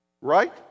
right